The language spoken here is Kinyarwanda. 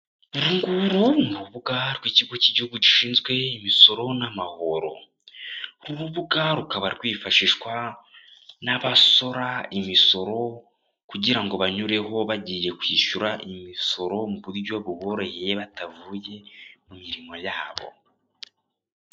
Uru nguru ni urubuga rw'ikigo cy'igihugu gishinzwe imisoro n'amahoro, uru rubuga rukaba rwifashishwa n'abasora imisoro kugira ngo banyureho bagiye kwishyura imisoro mu buryo buboroheye batavuye mu mirimo yabo.